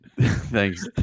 Thanks